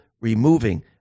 removing